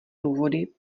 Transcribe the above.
důvody